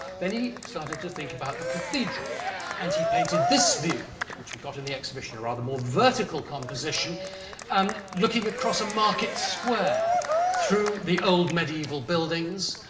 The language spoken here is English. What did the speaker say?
then he started to think about the cathedral and he painted this view, which we've got in the exhibition, a rather more vertical composition and looking across a market square through the old medieval buildings.